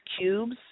cubes